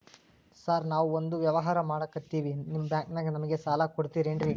Sir ನಾವು ಒಂದು ವ್ಯವಹಾರ ಮಾಡಕ್ತಿವಿ ನಿಮ್ಮ ಬ್ಯಾಂಕನಾಗ ನಮಿಗೆ ಸಾಲ ಕೊಡ್ತಿರೇನ್ರಿ?